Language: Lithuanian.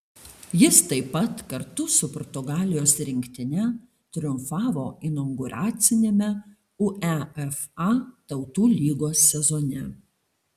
jis taip pat kartu su portugalijos rinktine triumfavo inauguraciniame uefa tautų lygos sezone